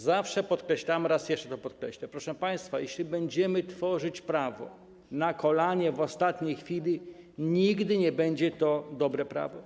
Zawsze podkreślam, raz jeszcze to podkreślę, proszę państwa: jeśli będziemy tworzyć prawo na kolanie, w ostatniej chwili, nigdy nie będzie to dobre prawo.